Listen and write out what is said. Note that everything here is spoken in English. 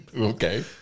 Okay